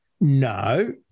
no